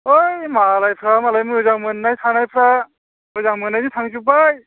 ओइ मालायफ्रा मालाय मोजां मोननाय थानायफ्रा मोजां मोननायजों थांजोब्बाय